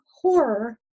horror